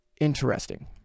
Interesting